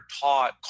taught